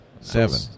Seven